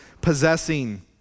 possessing